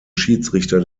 schiedsrichter